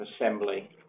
assembly